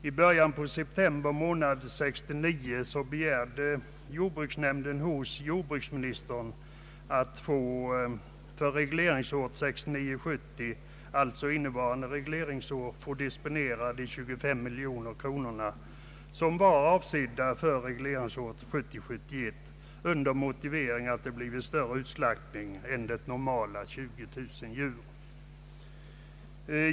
I början av september månad 1969 begärde jordbruksnämnden hos jordbruksministern att för regleringsåret 1969 71 avsedda bidraget under motivering att utslaktningen blivit större än de 20000 djur som man normalt räknat med.